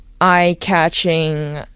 eye-catching